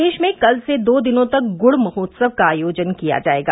प्रदेश में कल से दो दिनों तक गुड़ महोत्सव का आयोजन किया जायेगा